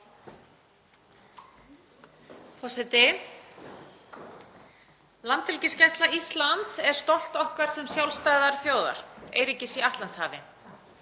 Forseti. Landhelgisgæsla Íslands er stolt okkar sem sjálfstæðrar þjóðar, eyríkis í Atlantshafi.